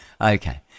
Okay